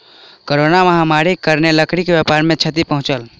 corona महामारीक कारणेँ लकड़ी व्यापार के क्षति पहुँचल